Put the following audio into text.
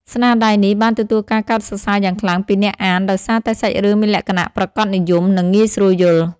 ស្នាដៃនេះបានទទួលការកោតសរសើរយ៉ាងខ្លាំងពីអ្នកអានដោយសារតែសាច់រឿងមានលក្ខណៈប្រាកដនិយម និងងាយស្រួលយល់។